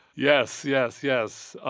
yes. yes. yes. ah